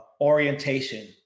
orientation